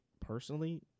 personally